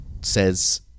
says